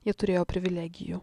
jie turėjo privilegijų